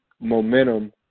momentum